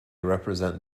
represent